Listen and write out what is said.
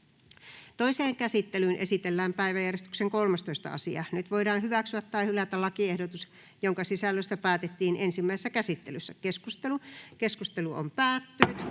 Toiseen käsittelyyn esitellään päiväjärjestyksen 6. asia. Nyt voidaan hyväksyä tai hylätä lakiehdotukset, joiden sisällöstä päätettiin ensimmäisessä käsittelyssä. Keskustelu. — Edustaja